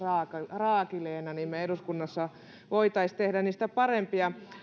raakileena niin me eduskunnassa voisimme tehdä niistä parempia